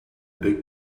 big